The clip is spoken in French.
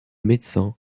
médecins